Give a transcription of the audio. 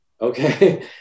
okay